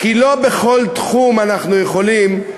כי לא בכל תחום אנחנו יכולים,